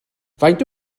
faint